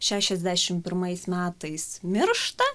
šešiasdešim pirmais metais miršta